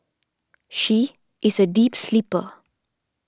she is a deep sleeper